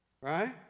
Right